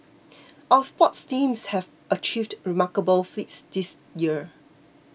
our sports teams have achieved remarkable feats this year